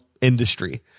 industry